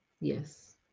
Yes